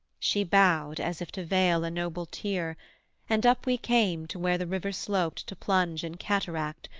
she bowed as if to veil a noble tear and up we came to where the river sloped to plunge in cataract,